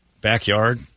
backyard